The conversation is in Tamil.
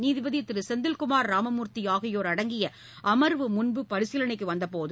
நீதிபதி திரு செந்தில்குமார் ராமமூர்த்தி ஆகியோர் அடங்கிய அமர்வு முன்பு பரிசீலனைக்கு வந்தபோது